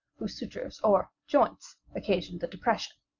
whose sutures or joints occasioned the depression.